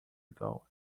ago